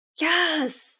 Yes